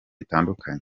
bitandukanye